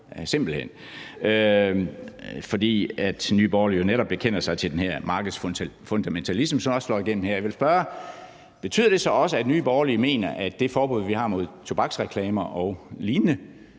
simpelt hen – fordi Nye Borgerlige jo netop bekender sig til den her markedsfundamentalisme, hvilket også slår igennem her. Jeg vil spørge: Betyder det så også, at Nye Borgerlige mener, at det forbud, vi har, mod tobaksreklamer og lignende,